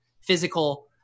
physical